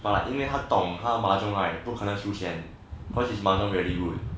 but 因为他懂他 mahjong right 不可能输钱 cause his mahjong really good